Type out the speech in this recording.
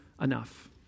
enough